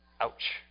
Ouch